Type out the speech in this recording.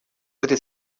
этой